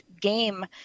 game